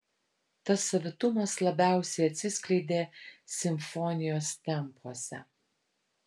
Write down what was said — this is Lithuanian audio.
tas savitumas labiausiai atsiskleidė simfonijos tempuose